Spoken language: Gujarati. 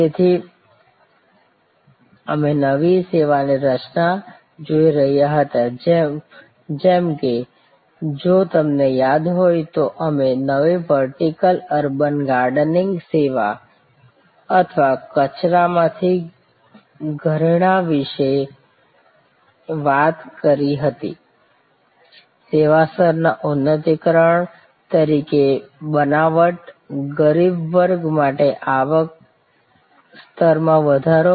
તેથી અમે નવી સેવાની રચના જોઈ રહ્યા હતા જેમ કે જો તમને યાદ હોય તો અમે તે વર્ટિકલ અર્બન ગાર્ડનિંગ સેવા અથવા કચરામાંથી ઘરેણાં વિશે વાત કરી હતી સેવા સ્તરના ઉન્નતીકરણ તરીકે બનાવટ ગરીબ વર્ગ માટે આવક સ્તરમાં વધારો